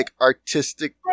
artistic